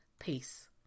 Peace